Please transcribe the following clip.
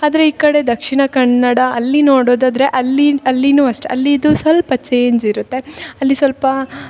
ಆದರೆ ಈ ಕಡೆ ದಕ್ಷಿಣ ಕನ್ನಡ ಅಲ್ಲಿ ನೋಡೋದಾದ್ರೆ ಅಲ್ಲಿ ಅಲ್ಲಿನು ಅಷ್ಟೆ ಅಲ್ಲಿದು ಸ್ವಲ್ಪ ಚೇಂಜ್ ಇರುತ್ತೆ ಅಲ್ಲಿ ಸ್ವಲ್ಪ